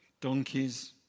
Donkeys